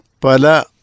Pala